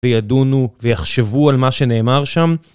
וידונו ויחשבו על מה שנאמר שם.